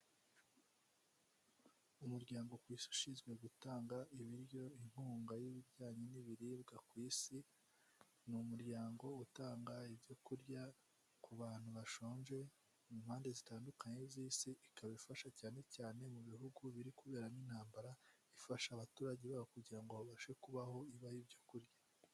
Umuryango ku isi ushinzwe gutanga ibiryo, inkunga y'ibijyanye n'ibiribwa ku isi, ni umuryango utanga ibyo kurya ku bantu bashonje mu mpande zitandukanye z'isi, ikaba ifasha cyane cyane mu bihugu biri kuberamo intambara, ifasha abaturage baho kugira ngo babashe kubaho ibaha ibyo kurya.